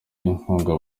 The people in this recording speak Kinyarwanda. inkunga